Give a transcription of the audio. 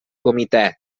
comitè